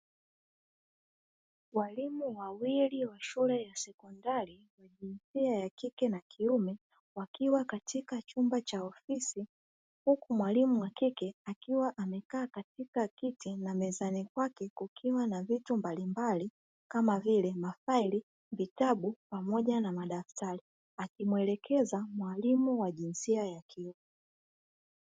Walimu wawili wa shule ya sekondari wakike na wakiume wakiwa katika chumba cha ofisi, huku mwalimu wakike akiwa amekaa katika kiti na mezani kwake kukiwa na vitu mbalimbali kama vile mafaili vitabu pamoja na madaftari, akimuelekeza mwalimu wa jinsia ya kiume.